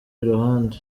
iruhande